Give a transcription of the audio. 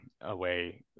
away